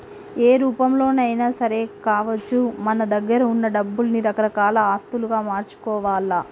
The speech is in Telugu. ఏ రూపంలోనైనా సరే కావచ్చు మన దగ్గరున్న డబ్బుల్ని రకరకాల ఆస్తులుగా మార్చుకోవాల్ల